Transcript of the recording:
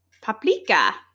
paprika